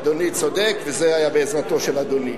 אדוני צודק, וזה היה בעזרתו של אדוני.